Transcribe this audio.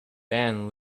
then